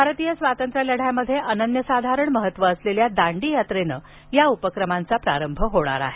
भारतीय स्वातंत्र्यलढ्यामध्ये अनन्यसाधारण महत्त्व असलेल्या दांडी यात्रेने त्याचा प्रारंभ होणार आहे